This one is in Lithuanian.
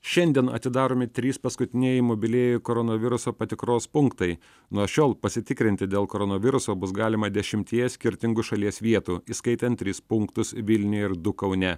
šiandien atidaromi trys paskutinieji mobilieji koronaviruso patikros punktai nuo šiol pasitikrinti dėl koronaviruso bus galima dešimtyje skirtingų šalies vietų įskaitant tris punktus vilniuje ir du kaune